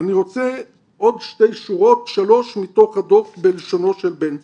אני רוצה עוד שתיים-שלוש מתוך הדוח בלשונו של בן צבי: